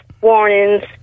warnings